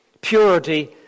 purity